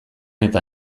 eta